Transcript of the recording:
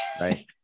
Right